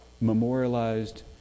memorialized